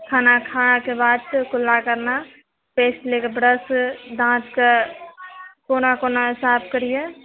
खाना खाके बाद कुल्ला करना पेस्ट लेके ब्रश दाँत कऽ कोना कोना साफ करिऐ